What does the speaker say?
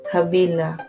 Habila